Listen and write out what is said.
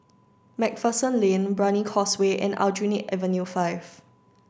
MacPherson Lane Brani Causeway and Aljunied Avenue five